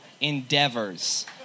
endeavors